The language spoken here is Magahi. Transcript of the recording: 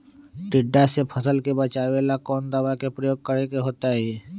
टिड्डा से फसल के बचावेला कौन दावा के प्रयोग करके होतै?